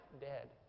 dead